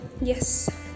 Yes